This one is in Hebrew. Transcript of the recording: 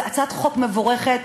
זו הצעת חוק מבורכת.